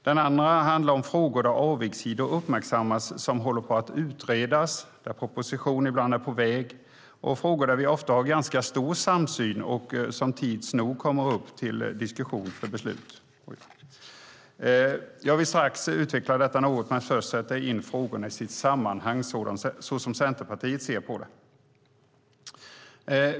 Den andra gruppen handlar om frågor där avigsidor uppmärksammas som håller på att utredas, där proposition ibland är på väg, och frågor där vi ofta har en ganska stor samsyn och som tids nog kommer upp till diskussion och beslut. Jag vill strax utveckla detta något men först sätta in frågorna i sitt sammanhang så som Centerpartiet ser på det.